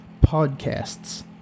podcasts